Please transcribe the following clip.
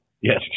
Yes